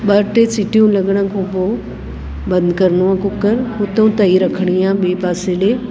ॿ टे सीटियूं लॻण खां पोइ बंदि करिणो आहे कुकर हुते तई रखिणी आहे ॿिएं पासे ॾे